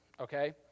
okay